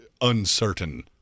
uncertain